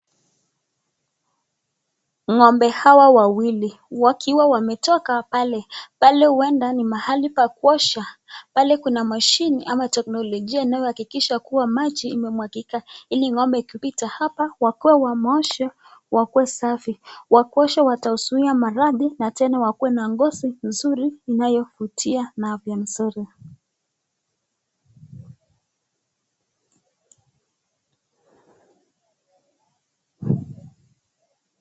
Ng'ombe hawa wawili wakiwa wametoka pale, pale uenda ni mahali pa kuoshwa. Pale kuna mashine ama teknolojia inayohakikisha kuwa maji imemwagika ili ng'ombe ikipita hapa wakuwe wameoshwa wakuwe safi wakuosha watazuia maradhi na tena wakue na ngozi nzuri inayovutia na na afya nzuri.